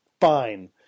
fine